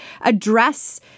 address